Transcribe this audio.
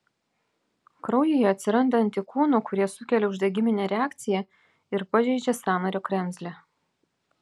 kraujyje atsiranda antikūnų kurie sukelia uždegiminę reakciją ir pažeidžia sąnario kremzlę